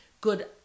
good